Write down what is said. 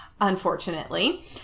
unfortunately